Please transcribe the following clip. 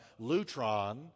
lutron